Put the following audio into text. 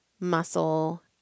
muscle